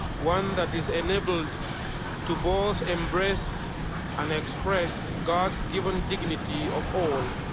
one that is enabled to both embrace and express god's given dignity of all,